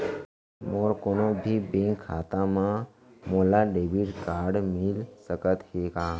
मोर कोनो भी बैंक खाता मा मोला डेबिट कारड मिलिस सकत हे का?